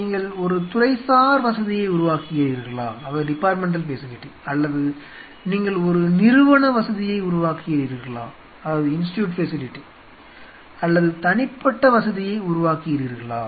நீங்கள் ஒரு துறைசார் வசதியை உருவாக்குகிறீர்களா அல்லது நீங்கள் ஒரு நிறுவன வசதியை உருவாக்குகிறீர்களா அல்லது தனிப்பட்ட வசதியை உருவாக்குகிறீர்களா